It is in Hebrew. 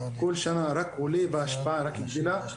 כל שנה הוא רק עולה בהשפעה על הקהילה,